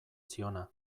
ziona